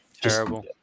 Terrible